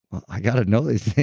i got to know these things,